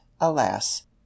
alas